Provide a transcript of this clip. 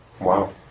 Wow